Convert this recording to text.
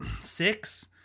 six